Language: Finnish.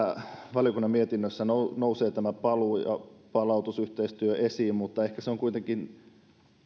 valiokunnan mietinnössä nousee nousee tämä paluu ja palautusyhteistyö esiin mutta ehkä se on kuitenkin